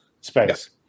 space